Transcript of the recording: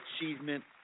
achievement